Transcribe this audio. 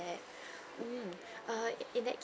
mm err in that case